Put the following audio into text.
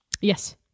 Yes